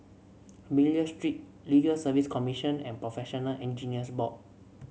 Miller Street Legal Service Commission and Professional Engineers Board